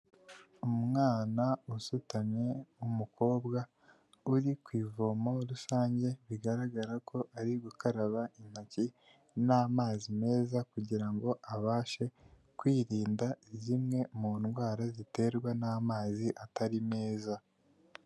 Umwana usutamye umukobwa uri ku ivomo rusange bigaragara ko ari gukaraba intoki n'amazi meza kugirango abashe kwirinda zimwe mu ndwara ziterwa n'amazi atari meza.